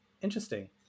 interesting